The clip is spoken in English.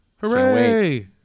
hooray